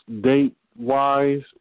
date-wise